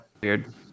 Weird